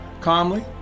Calmly